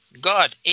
God